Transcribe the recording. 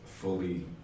fully